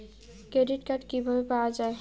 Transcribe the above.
Credit card কিভাবে পাওয়া য়ায়?